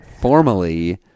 formally